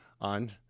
on